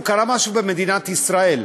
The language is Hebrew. קרה משהו במדינת ישראל,